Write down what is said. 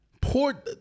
poor